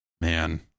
Man